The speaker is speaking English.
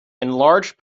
enlarged